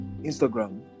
Instagram